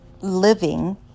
living